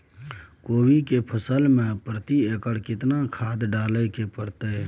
कोबी के फसल मे प्रति एकर केतना खाद डालय के परतय?